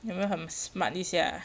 有没有很 smart 一下